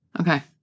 Okay